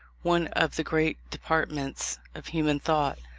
one of the great departments of human thought.